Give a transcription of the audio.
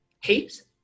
heaps